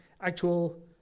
actual